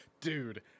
dude